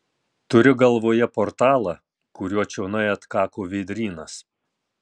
turiu galvoje portalą kuriuo čionai atkako vėdrynas